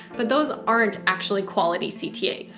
but those aren't actually quality. so cts.